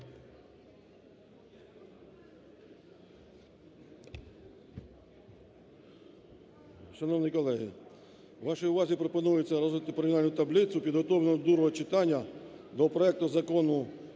Шановні колеги, вашій увазі пропонується розглянути порівняльну таблицю, підготовлену до другого читання до проекту Закону